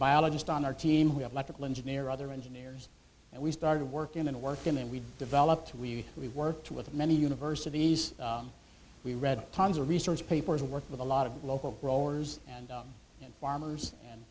biologist on our team we have electrical engineer other engineers and we started working and working and we developed we we worked with many universities we read tons of research papers and worked with a lot of local growers and in farmers and